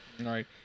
right